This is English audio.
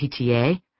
PTA